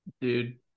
Dude